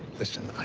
listen,